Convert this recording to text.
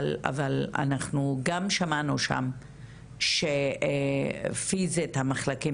אבל אנחנו גם שמענו שם שפיזית המחלקים